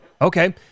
Okay